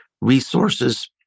resources